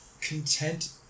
content